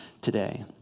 today